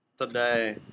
today